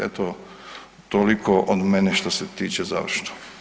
Eto toliko od mene što se tiče završno.